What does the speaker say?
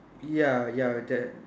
ya ya that